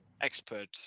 expert